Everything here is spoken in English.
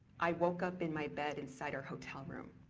i woke up in my bed inside our hotel room.